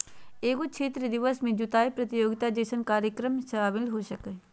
एगो क्षेत्र दिवस में जुताय प्रतियोगिता जैसन कार्यक्रम शामिल हो सकय हइ